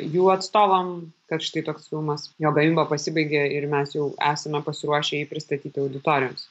jų atstovam kad štai toks filmas jo gamyba pasibaigė ir mes jau esame pasiruošę jį pristatyti auditorijoms